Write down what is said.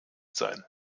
sein